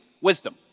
wisdom